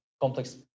complex